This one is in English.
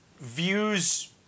views